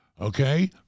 Okay